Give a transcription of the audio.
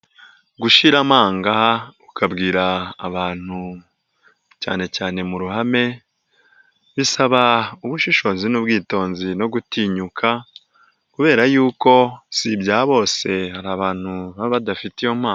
Gushira amanga ukabwira abantu cyane cyane mu ruhame, bisaba ubushishozi n'ubwitonzi no gutinyuka, kubera yuko si ibya bose hari abantu baba badafite iyo mpano.